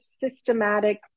systematic